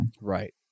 Right